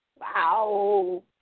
Wow